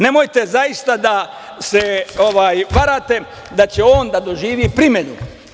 Nemojte zaista da se varate da će on da doživi primenu.